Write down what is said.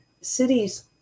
cities